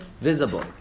visible